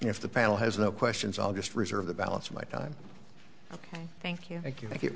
if the panel has no questions i'll just reserve the balance of my time ok thank you thank you thank you